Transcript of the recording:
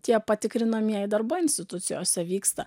tie patikrinamieji darbai institucijose vyksta